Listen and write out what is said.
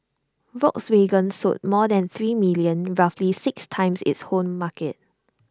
Volkswagen sold more than three million roughly six times its home market